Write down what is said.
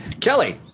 Kelly